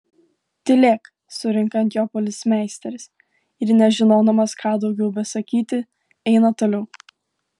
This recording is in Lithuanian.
tylėk surinka ant jo policmeisteris ir nežinodamas ką daugiau besakyti eina toliau